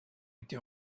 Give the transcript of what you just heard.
été